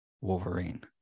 Wolverine